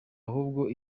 ahubwo